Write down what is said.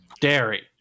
Dairy